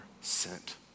sent